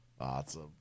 awesome